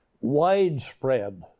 widespread